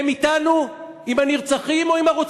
הם אתנו, עם הנרצחים, או עם הרוצחים?